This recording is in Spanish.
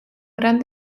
gran